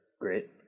great